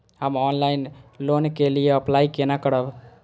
हम online loan के लिए अप्लाई केना करब?